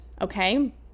okay